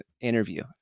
interview